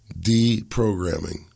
deprogramming